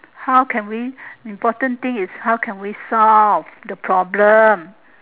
how can we important thing is how can we solve the problem